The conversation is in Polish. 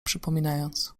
przypominając